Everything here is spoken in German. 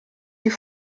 die